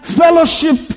fellowship